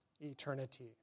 eternity